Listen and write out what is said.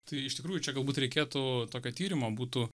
tai iš tikrųjų čia galbūt reikėtų tokio tyrimo būtų